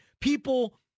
people